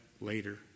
later